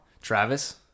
Travis